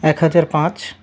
এক হাজার পাঁচ